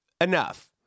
enough